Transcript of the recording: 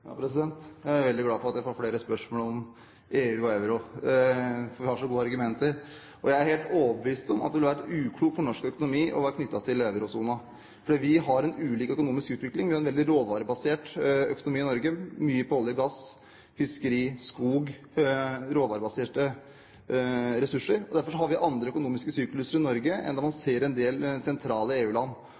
Jeg er veldig glad for at jeg får flere spørsmål om EU og euro, for vi har så gode argumenter. Jeg er helt overbevist om at det ville ha vært uklokt for norsk økonomi å være knyttet til eurosonen, fordi vi har en ulik økonomisk utvikling. Vi har en veldig råvarebasert økonomi i Norge, mye på olje og gass, fiskeri, skog – råvarebaserte ressurser. Derfor har vi andre økonomiske sykluser i Norge enn det man ser i en del sentrale